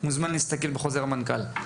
מוזמן להסתכל בחוזר המנכ"ל.